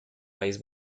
país